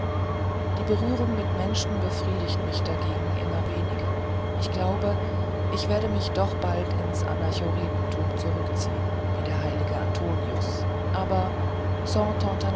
die berührung mit menschen befriedigt mich dagegen immer weniger ich glaube ich werde mich doch bald ins anachoretentum zurückziehen wie der hl antonius aber